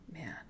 man